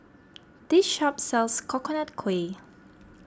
this shop sells Coconut Kuih